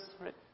right